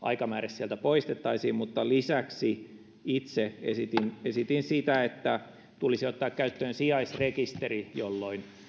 sieltä poistettaisiin mutta lisäksi itse esitin esitin sitä että tulisi ottaa käyttöön sijaisrekisteri jolloin